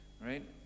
right